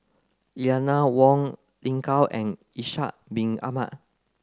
Eleanor Wong Lin Gao and Ishak bin Ahmad